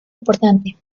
importante